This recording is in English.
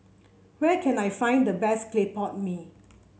where can I find the best Clay Pot Mee